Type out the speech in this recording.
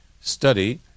study